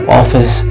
office